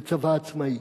בצבא עצמאי.